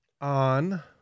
on